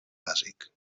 bàsic